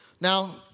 Now